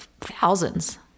Thousands